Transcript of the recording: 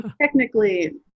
technically